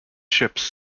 ships